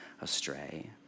astray